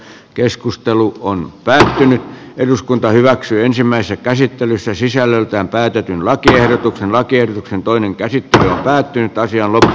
keskustelu on vääristynyt eduskunta hyväksyi ensimmäisen käsittelyssä sisällöltään päätetyn lakiehdotuksen lakiehdotuksen toinen käsittely päättyy taisi olla